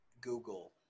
Google